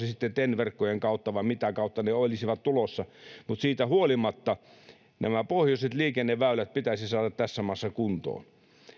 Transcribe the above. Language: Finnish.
sitten ten verkkojen kautta vai mitä kautta tulossa mutta siitä huolimatta nämä pohjoiset liikenneväylät pitäisi saada tässä maassa kuntoon